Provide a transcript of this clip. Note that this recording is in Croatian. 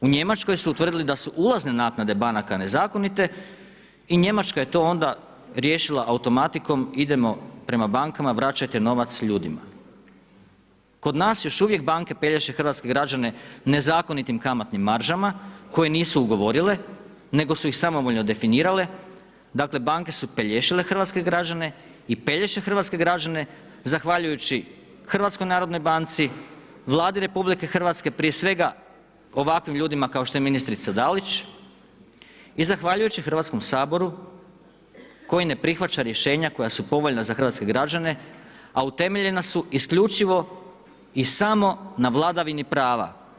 U Njemačkoj su utvrdili da su ulazne naknade banaka nezakonite i Njemačka je to onda riješila automatikom, idemo prema bankama, vraćajte novac ljudima. kod nas još uvijek banke pelješe hrvatske građane nezakonitim kamatnim maržama koje nisu ugovorile nego su ih samovoljno definirale, dakle banke su pelješile hrvatske građane i pelješe hrvatske građane zahvaljujući HNB-u, Vladi RH, prije svega ovakvim ljudima kao što je ministrica Dalić i zahvaljujući Hrvatskom saboru koji ne prihvaća rješenja koja su povoljna za hrvatske građane, a utemeljena su isključivo i samo na vladavini prava.